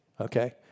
okay